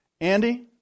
Andy